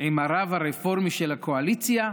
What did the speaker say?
עם הרב הרפורמי של הקואליציה.